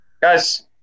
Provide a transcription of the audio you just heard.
guys